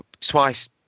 twice